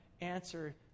answer